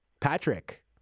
Patrick